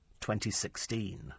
2016